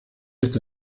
esta